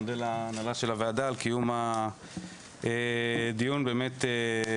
מודה להנהלה של הוועדה על קיום הדיון בהקדם.